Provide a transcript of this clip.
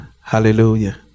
hallelujah